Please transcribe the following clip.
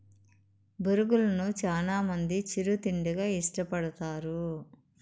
బొరుగులను చానా మంది చిరు తిండిగా ఇష్టపడతారు